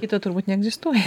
kito turbūt neegzistuoja